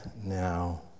now